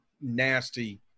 nasty